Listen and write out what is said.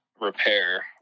repair